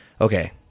Okay